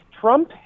Trump